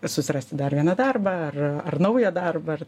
susirasti dar vieną darbą ar ar naują darbą ar